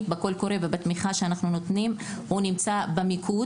ובתמיכה שאנחנו נותנים הוא נמצא במיקוד.